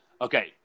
okay